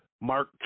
Mark